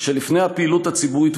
שלפני הפעילות הציבורית,